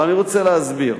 אבל אני רוצה להסביר,